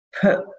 put